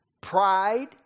pride